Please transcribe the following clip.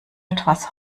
etwas